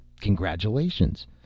congratulations